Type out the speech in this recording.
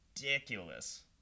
ridiculous